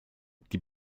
die